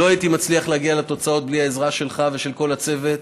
לא הייתי מצליח להגיע לתוצאות בלי העזרה שלך ושל כל הצוות,